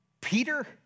Peter